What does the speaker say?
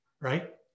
right